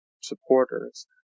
supporters